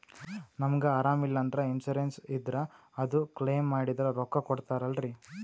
ನಮಗ ಅರಾಮ ಇಲ್ಲಂದ್ರ ಇನ್ಸೂರೆನ್ಸ್ ಇದ್ರ ಅದು ಕ್ಲೈಮ ಮಾಡಿದ್ರ ರೊಕ್ಕ ಕೊಡ್ತಾರಲ್ರಿ?